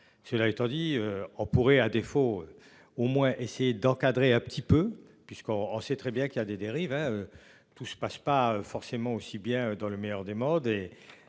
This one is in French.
Cela étant dit on pourrait à défaut. Au moins essayer d'encadrer un petit peu puisqu'on en sait très bien qu'il a des dérives hein. Tout se passe pas forcément aussi bien dans le meilleur des modes